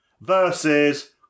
Versus